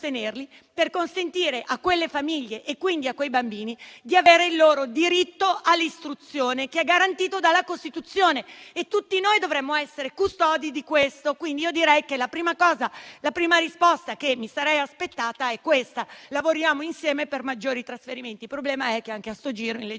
per consentire a quelle famiglie e, quindi, a quei bambini di avere il loro diritto all'istruzione garantito dalla Costituzione, di cui tutti noi dovremmo essere custodi. La prima risposta che mi sarei aspettata è questa: lavoriamo insieme per maggiori trasferimenti. Il problema è che anche a questo giro nella